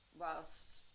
whilst